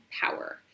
power